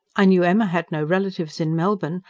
i knew emma had no relatives in melbourne,